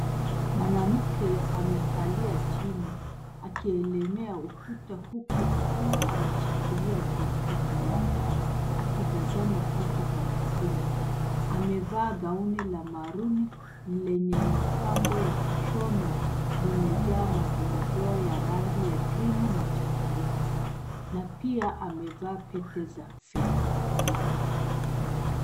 Mwanamke amekalia chini akielemea ukuta huku akiwa ameshikilia kompyuta yake akitazama kitu kwa makini. Amevaa gauni la maruni lenye mapambo ya kushonwa, limejaa madoadoa ya rangi ya krimu na chokoleti na pia amevaa pete za fedha.